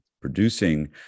producing